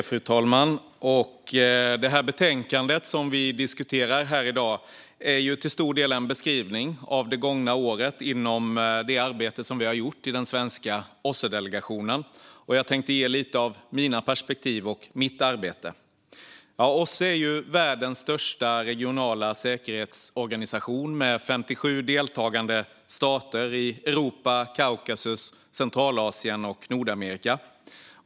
Fru talman! Det betänkande vi diskuterar i dag är till stor del en beskrivning av det gångna året inom det arbete som vi i den svenska OSSE-delegationen har gjort. Jag tänkte berätta lite om mina perspektiv och mitt arbete. OSSE är världens största regionala säkerhetsorganisation med 57 deltagande stater i Europa, Kaukasus, Centralasien och Nordamerika.